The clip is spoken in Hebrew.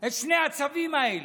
את שני הצווים האלה.